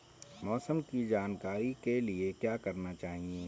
मौसम की जानकारी के लिए क्या करना चाहिए?